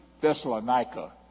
Thessalonica